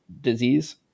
Disease